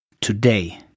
today